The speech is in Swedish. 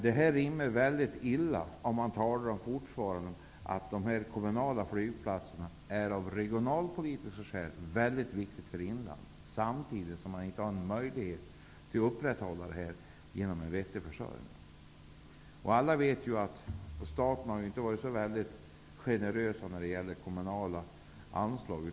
Det rimmar väldigt illa att man fortfarande talar om att de kommunala flygplatserna av regionalpolitiska skäl är mycket viktiga för inlandet samtidigt som man inte har en möjlighet att upprätthålla dem genom en vettig försörjning. Alla vet att staten inte har varit så väldigt generös när det gäller kommunala anslag.